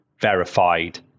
verified